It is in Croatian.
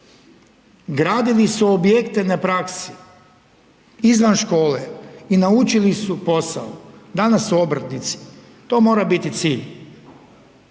gradili su objekte na praksi izvan škole i naučili su posao, danas su obrtnici. To mora biti cilj.